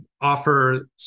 offer